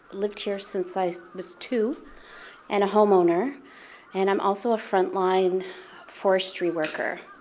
lived here since i was two and a homeowner and i'm also a front line forestry worker.